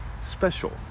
Special